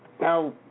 Now